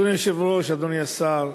אדוני היושב-ראש, אדוני השר,